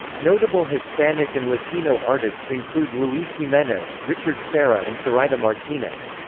notable hispanic and latino artists include luis jimenez, richard serra and soraida martinez.